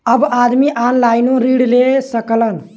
अब आदमी ऑनलाइनों ऋण ले सकलन